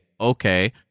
okay